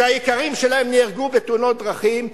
שהיקרים שלהם נהרגו בתאונות דרכים,